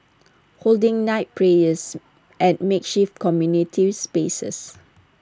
holding night prayers at makeshift community spaces